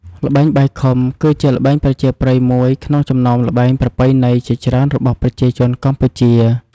ល្បែងបាយខុំ គឺជាល្បែងប្រជាប្រិយមួយក្នុងចំណោមល្បែងប្រពៃណីជាច្រើនរបស់ប្រជាជនកម្ពុជា។